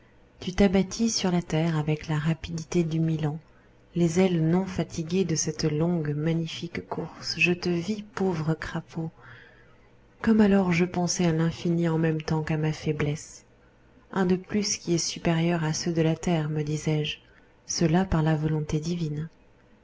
tu t'abattis sur la terre avec la rapidité du milan les ailes non fatiguées de cette longue magnifique course je te vis pauvre crapaud comme alors je pensais à l'infini en même temps qu'à ma faiblesse un de plus qui est supérieur à ceux de la terre me disais-je cela par la volonté divine